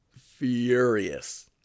furious